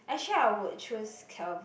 actually I would choose calv~